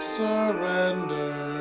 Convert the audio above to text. surrender